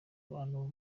bantu